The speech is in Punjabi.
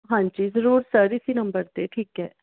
ਹਾਂਜੀ ਜ਼ਰੂਰ ਸਰ ਇਸ ਹੀ ਨੰਬਰ ਤੇ ਠੀਕ ਹੈ